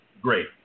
Great